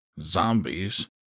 Zombies